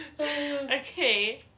Okay